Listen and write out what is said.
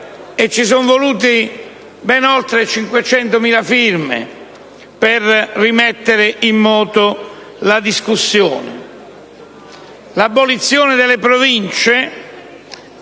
e ci sono volute ben oltre 500.000 firme per rimettere in moto la discussione. L'abolizione delle Province